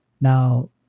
Now